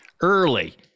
Early